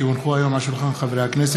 כי הונחו על שולחן הכנסת,